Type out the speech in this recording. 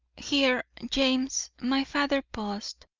here, james, my father paused,